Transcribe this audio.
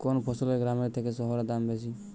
কোন ফসলের গ্রামের থেকে শহরে দাম বেশি?